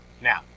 Now